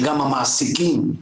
שגם המעסיקים,